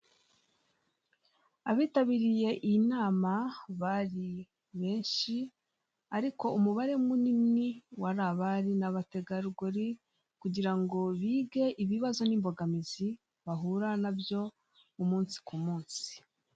Abitabiriye iyi nama bari benshi, ariko umubare munini wari abari n'abategarugori, kugira ngo bige ibibazo n'imbogamizi bahura nabyo umunsi k'u munsi.